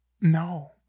No